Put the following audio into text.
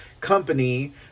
company